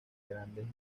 grandes